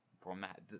format